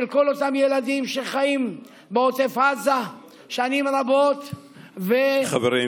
של כל אותם ילדים שחיים בעוטף עזה שנים רבות ומרגישים,